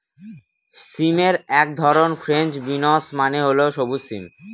সিমের এক ধরন ফ্রেঞ্চ বিনস মানে হল সবুজ সিম